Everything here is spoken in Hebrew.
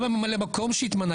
גם לממלא המקום שהתמנה,